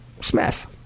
Smith